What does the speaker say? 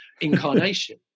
incarnation